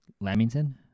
Lamington